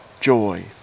joy